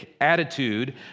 attitude